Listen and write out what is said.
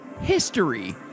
history